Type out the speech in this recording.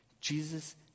Jesus